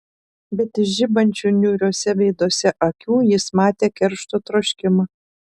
bet iš žibančių niūriuose veiduose akių jis matė keršto troškimą